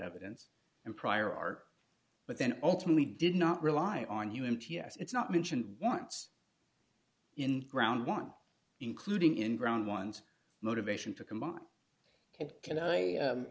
evidence and prior art but then ultimately did not rely on human ts it's not mentioned once in ground want including in ground ones motivation to combine it can